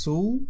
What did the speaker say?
Sul